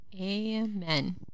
Amen